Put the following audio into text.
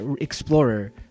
Explorer